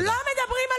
חבר הכנסת גלעד קריב,